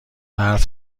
برف